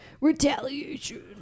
retaliation